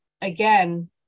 again